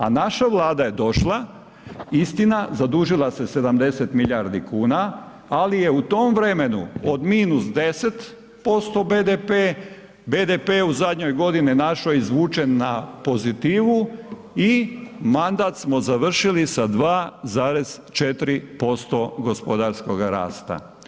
A naša Vlada je došla, istina, zadužila se 70 milijardi kuna ali je u tom vremenu od -10% BDP, BDP u zadnjoj godini našoj izvučen na pozitivu i mandat smo završili sa 2,4% gospodarskog rasta.